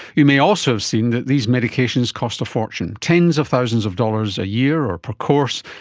you may also have seen that these medications cost a fortune, tens of thousands of dollars a year or per course,